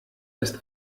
ist